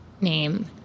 name